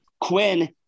Quinn